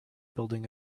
building